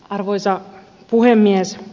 arvoisa puhemies